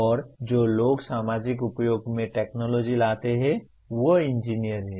और जो लोग सामाजिक उपयोग में टेक्नॉलजी लाते हैं वे इंजीनियर हैं